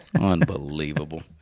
Unbelievable